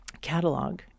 catalog